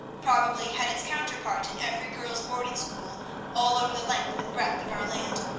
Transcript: probably had its counterpart in every girls' boarding-school all over the length and breadth of our land.